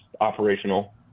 operational